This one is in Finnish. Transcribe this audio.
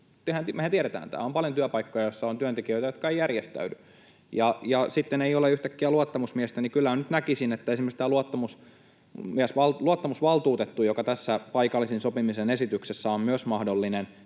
Mehän tiedetään tämä. On paljon työpaikkoja, joissa on työntekijöitä, jotka eivät järjestäydy. Ja kun sitten ei ole yhtäkkiä luottamusmiestä, niin kyllä nyt näkisin, että esimerkiksi luottamusvaltuutettu — joka tässä paikallisen sopimisen esityksessä on myös mahdollinen